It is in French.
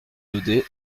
daudet